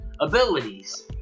abilities